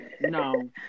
No